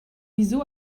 wieso